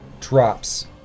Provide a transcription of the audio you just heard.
drops